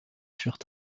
furent